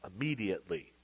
immediately